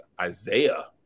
Isaiah